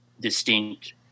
distinct